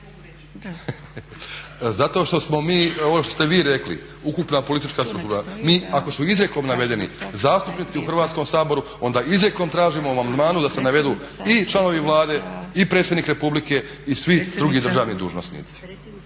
Zato što smo mi ono što ste vi rekli ukupna politička struktura. Mi ako su izrijekom navedeni zastupnici u Hrvatskom saboru onda izrijekom tražimo u amandmanu da se navedu i članovi Vlade i Predsjednik Republike i svi drugi državni dužnosnici.